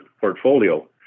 portfolio